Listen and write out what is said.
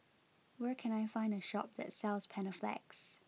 where can I find a shop that sells Panaflex